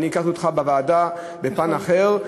אני הכרתי אותך בוועדה בפן אחר.